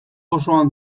osoan